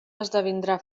esdevindrà